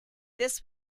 this